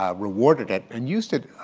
ah rewarded it, and used it.